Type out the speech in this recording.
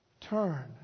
Turn